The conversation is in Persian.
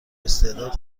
استعداد